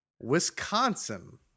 Wisconsin